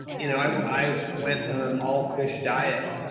you know i went on an all-fish diet.